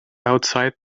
outside